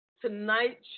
tonight